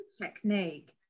technique